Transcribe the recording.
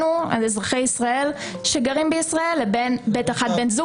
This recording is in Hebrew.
אזרחי ישראל שגרים בישראל לבין ב1 בן זוג